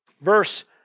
verse